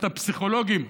את הפסיכולוגים,